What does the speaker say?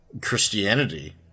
Christianity